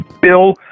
Bill